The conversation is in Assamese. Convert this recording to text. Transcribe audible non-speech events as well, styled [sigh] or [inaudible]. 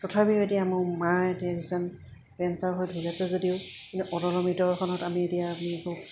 তথাপিও এতিয়া মোৰ মায়ে এতিয়া [unintelligible] কেন্সাৰ হৈ ঢুকাইছে যদিও কিন্তু অটল অমৃতখনত আমি এতিয়া একো